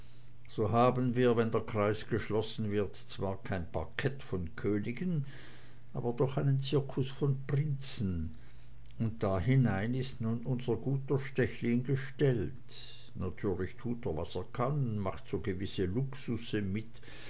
so haben wir wenn der kreis geschlossen wird zwar kein parkett von königen aber doch einen zirkus von prinzen und da hinein ist nun unser guter stechlin gestellt natürlich tut er was er kann und macht so gewisse luxusse mit